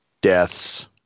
deaths